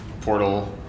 Portal